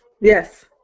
Yes